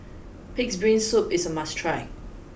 Pig'S brain soup is a must try